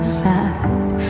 side